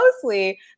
closely